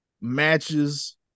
matches